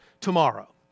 tomorrow